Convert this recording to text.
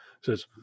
Says